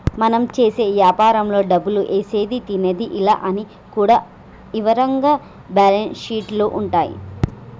మనం చేసే యాపారంలో డబ్బులు ఏసేది తీసేది ఇలా అన్ని కూడా ఇవరంగా బ్యేలన్స్ షీట్ లో ఉంటాయి